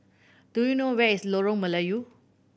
do you know where is Lorong Melayu